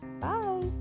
bye